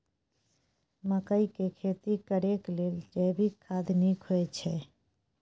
मकई के खेती करेक लेल जैविक खाद नीक होयछै?